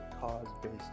cause-based